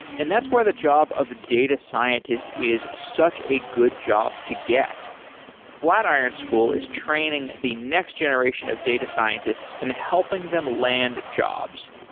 and that's why the job of data scientist is such a good job to get flatiron school is training the next generation of data scientists and helping them land jobs.